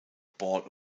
board